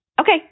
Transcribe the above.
Okay